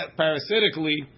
parasitically